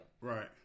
Right